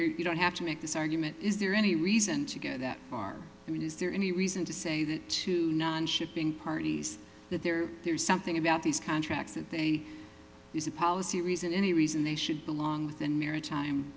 that you don't have to make this argument is there any reason to get that far i mean is there any reason to say that to none shipping parties that there are there's something about these contracts that they use a policy reason any reason they should belong and maritime